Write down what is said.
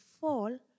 fall